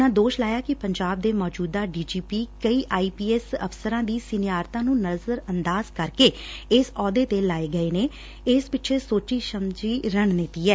ਉਨ੍ਹਾਂ ਦੋਸ਼ ਲਾਇਆ ਕਿ ਪੰਜਾਬ ਦੇ ਮੌਜੁਦਾ ਡੀ ਜੀ ਪੀ ਕਈ ਆਈ ਪੀ ਐਸ ਅਫਸਰਾਂ ਦੀ ਸੀਨੀਆਰਤਾ ਨੂੰ ਨਜ਼ਰ ਅੰਦਾਜ਼ ਕਰਕੇ ਇਸ ਆਹੁੱਦੇ ਤੇ ਲਾਏ ਗਏ ਨੇ ਇਸ ਪਿੱਛੇ ਸੋਚੀ ਸਮਝੀ ਰਣਨੀਤੀ ਐ